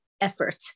effort